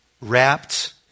wrapped